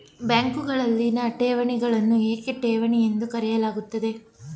ಬ್ಯಾಂಕುಗಳಲ್ಲಿನ ಠೇವಣಿಗಳನ್ನು ಏಕೆ ಠೇವಣಿ ಎಂದು ಕರೆಯಲಾಗುತ್ತದೆ?